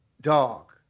dog